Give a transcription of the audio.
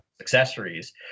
accessories